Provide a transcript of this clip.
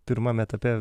pirmam etape